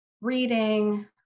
reading